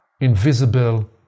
invisible